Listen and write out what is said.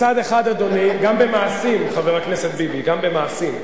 גם במעשים, חבר הכנסת ביבי, גם במעשים.